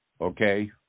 okay